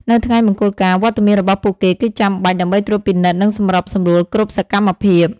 នៅថ្ងៃមង្គលការ វត្តមានរបស់ពួកគេគឺចាំបាច់ ដើម្បីត្រួតពិនិត្យ និងសម្របសម្រួលគ្រប់សកម្មភាព។